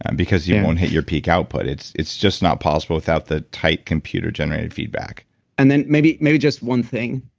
and because you won't hit your peak output. it's it's just not possible without the tight computer generated feedback and then maybe maybe just one thing.